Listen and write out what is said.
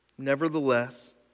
Nevertheless